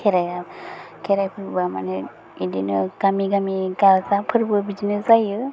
खेराइया खेराइ फोरबोआ मानि बिदिनो गामि गामि गार्जा फोरबो बिदिनो जायो